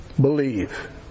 Believe